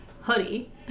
hoodie